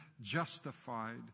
justified